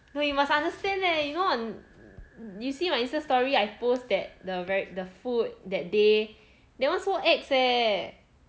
no you know you must understand leh you know on you see my Insta story I post that the very the food that day that one so ex leh